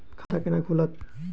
खाता केना खुलत?